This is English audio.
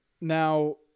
Now